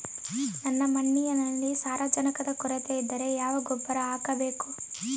ನನ್ನ ಮಣ್ಣಿನಲ್ಲಿ ಸಾರಜನಕದ ಕೊರತೆ ಇದ್ದರೆ ಯಾವ ಗೊಬ್ಬರ ಹಾಕಬೇಕು?